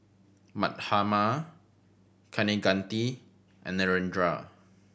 Mahatma Kaneganti and Narendra